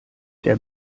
der